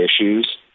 issues